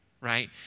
right